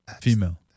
Female